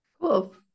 Cool